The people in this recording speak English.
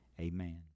amen